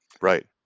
Right